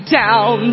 down